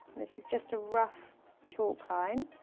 this is just a rough chalk line.